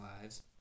lives